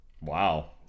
Wow